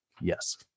Yes